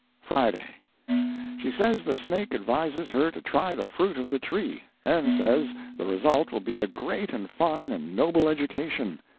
friday she says the snake advises her to try the fruit of the tree, and says the result will be a great and fine and noble education.